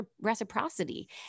reciprocity